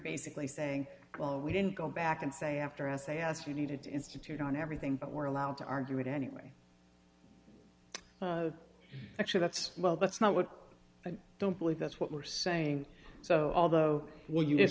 basically saying well we didn't go back and say after as they asked you needed to institute on everything but we're allowed to argue it anyway actually that's well that's not what i don't believe that's what we're saying so although well you're